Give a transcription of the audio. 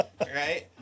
Right